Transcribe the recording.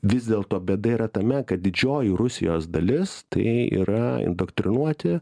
vis dėlto bėda yra tame kad didžioji rusijos dalis tai yra indoktrinuoti